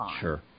Sure